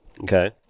Okay